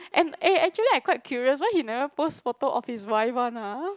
and eh actually I quite curious why he never post photo of his wife one ah